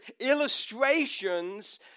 illustrations